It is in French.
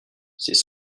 ses